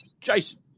Jason